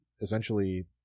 essentially